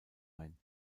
ein